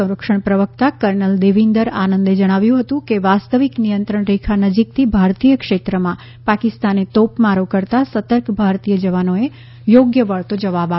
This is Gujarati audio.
સંરક્ષણ પ્રવક્તા કર્નલ દેવિન્દર આનંદે જણાવ્યું હતું કે વાસ્તવિક નિયંત્રણ રેખા નજીકથી ભારતીય ક્ષેત્રમાં પાકિસ્તાને તોપમારો કરતાં સતર્ક ભારતીય જવાનોએ યોગ્ય વળતો જવાબ આપ્યો છે